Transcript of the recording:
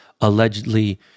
allegedly